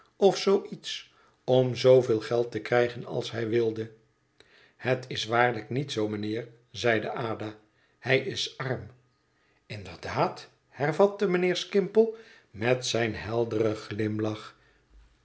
of zoo iets om zooveel geld te krijgen als hij wilde het is waarlijk niet zoo mijnheer zeide ada hij is arm inderdaad hervatte mijnheer skimpole met zijn helderen glimlach